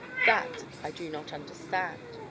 that i do not understand!